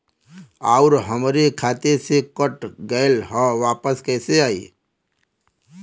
आऊर हमरे खाते से कट गैल ह वापस कैसे आई?